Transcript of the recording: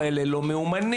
אלה לא מיומנים,